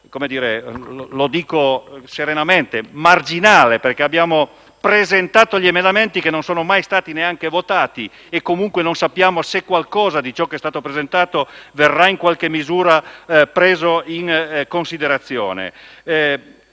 contributo è stato marginale, perché abbiamo presentato emendamenti che non sono mai stati votati e comunque non sappiamo se qualcosa di ciò che è stato presentato verrà in qualche misura preso in considerazione.